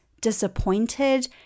disappointed